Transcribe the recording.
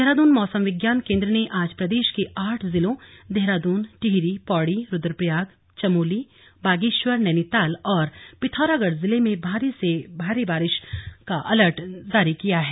देहरादून मौसम विज्ञान केंद्र ने आज प्रदेश के आठ जिलों देहरादून टिहरी पौड़ी रुद्रप्रयाग चमोली बागेश्वर नैनीताल और पिथौरागढ़ जिले में भारी से भारी बारिश का अलर्ट जारी किया है